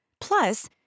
Plus